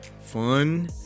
fun